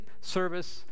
service